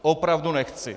Opravdu nechci.